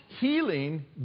healing